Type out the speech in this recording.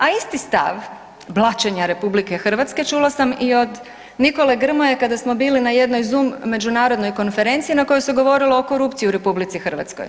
A isti stav blaćenja RH čula sam i od Nikole Grmoje kada smo bili na jednoj zum međunarodnoj konferenciji na kojoj se govorilo o korupciji u RH.